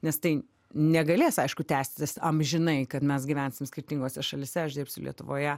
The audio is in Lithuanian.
nes tai negalės aišku tęstis amžinai kad mes gyvensim skirtingose šalyse aš dirbsiu lietuvoje